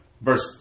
Verse